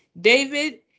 David